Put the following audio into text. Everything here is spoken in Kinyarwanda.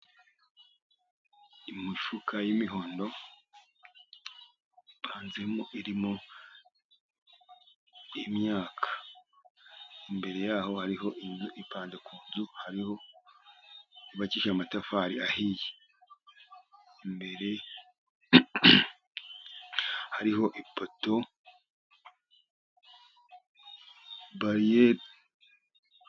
Imifuka y'imihondo ipanzemo irimo imyaka. Imbere yaho hariho inzu. Ipanda ku nzu yubakije amatafari ahiye imbere hariho ipoto...